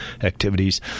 activities